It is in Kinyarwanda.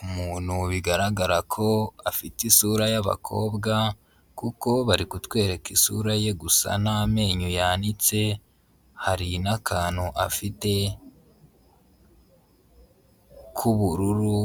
Umuntu bigaragara ko afite isura y'abakobwa, kuko bari kutwereka isura ye gusa n'amenyo yanitse, hari n'akantu afite k'ubururu